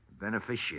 beneficiary